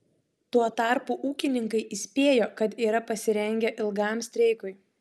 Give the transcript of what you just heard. tuo tarpu ūkininkai įspėjo kad yra pasirengę ilgam streikui